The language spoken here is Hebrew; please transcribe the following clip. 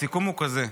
הסיכום הוא כזה,